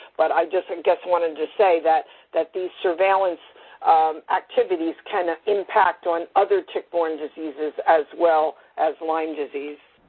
but i just, i and guess wanted to say that that these surveillance activities can impact on other tick-borne diseases, as well as lyme disease.